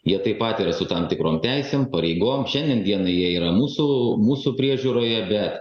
jie tai pat yra su tam tikrom teisėm pareigom šiandien dienai jie yra mūsų mūsų priežiūroje bet